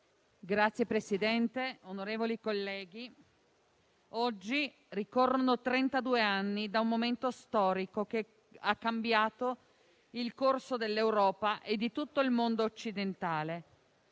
Signor Presidente, onorevoli colleghi, oggi ricorrono trentadue anni da un momento storico che ha cambiato il corso dell'Europa e di tutto il mondo occidentale.